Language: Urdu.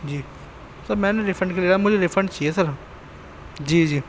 جی سر میں نے ریفنڈ کے لیے ڈالا مجھے ریفنڈ چاہیے سر جی جی